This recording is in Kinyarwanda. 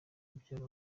mubyara